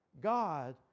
god